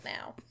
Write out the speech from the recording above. now